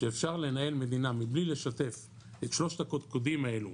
שאפשר לנהל מדינה מבלי לשתף את שלושת הקודקודים האלה